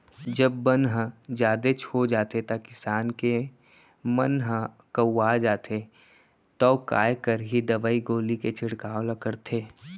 जब बन ह जादेच हो जाथे त किसान के मन ह कउवा जाथे तौ काय करही दवई गोली के छिड़काव ल करथे